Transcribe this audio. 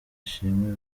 ishimwe